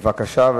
בבקשה,